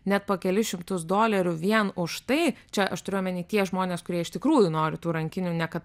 net po kelis šimtus dolerių vien už tai čia aš turiu omeny tie žmonės kurie iš tikrųjų nori tų rankinių ne kad